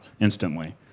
instantly